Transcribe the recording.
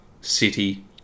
city